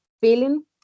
feeling